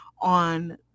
on